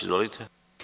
Izvolite.